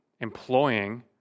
employing